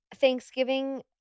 Thanksgiving